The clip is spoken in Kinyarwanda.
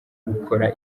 gukora